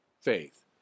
faith